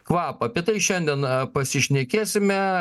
kvapą apie tai šiandien pasišnekėsime